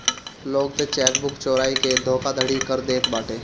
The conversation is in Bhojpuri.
लोग तअ चेकबुक चोराई के धोखाधड़ी कर देत बाटे